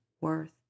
worth